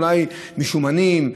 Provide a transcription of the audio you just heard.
אולי מהשומנים,